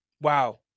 Wow